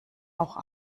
auch